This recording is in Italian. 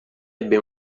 ebbe